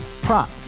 Prop